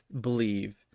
believe